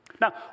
Now